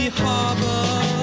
harbor